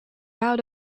out